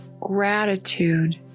Gratitude